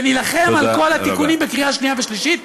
ונילחם על כל התיקונים בקריאה שנייה ושלישית,